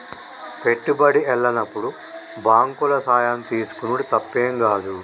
పెట్టుబడి ఎల్లనప్పుడు బాంకుల సాయం తీసుకునుడు తప్పేం గాదు